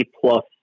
plus